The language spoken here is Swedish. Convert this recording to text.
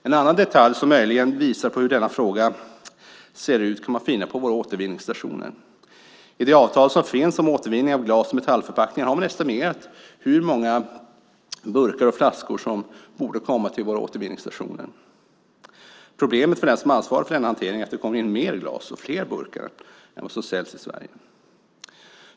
En annan detalj som möjligen visar hur denna fråga ser ut kan man finna på våra återvinningsstationer. I det avtal som finns om återvinning av glas och metallförpackningar har man estimerat hur många burkar och flaskor som borde komma till våra återvinningsstationer. Problemet för den som ansvarar för denna hantering är att det kommer in mer glas och fler burkar än vad som säljs i Sverige.